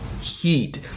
Heat